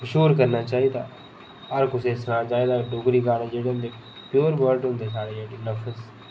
किश होर करना चाहिदा हर कुसै गी सनाना चाहिदा कि डोगरी गाने जेह्ड़े प्योर वर्ड होंदे जेह्ड़े साढ़े नर्वस